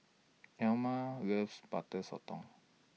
Elmire loves Butter Sotong